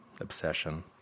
obsession